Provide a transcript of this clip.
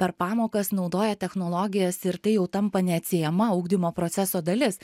per pamokas naudoja technologijas ir tai jau tampa neatsiejama ugdymo proceso dalis